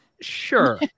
sure